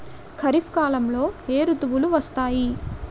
ఖరిఫ్ కాలంలో ఏ ఋతువులు వస్తాయి?